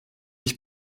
ich